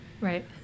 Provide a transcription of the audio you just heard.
Right